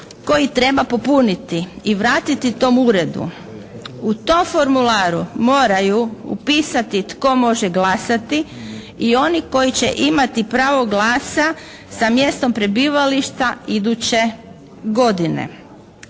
koji treba popuniti i vratiti tom uredu. U tom formularu moraju upisati tko može glasati i oni koji će imati pravo glasa sa mjestom prebivališta iduće godine,